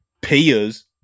peers